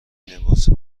لباس